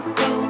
go